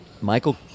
Michael